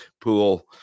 pool